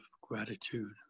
gratitude